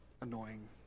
annoying